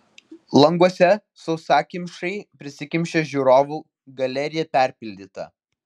languose sausakimšai prisikimšę žiūrovų galerija perpildyta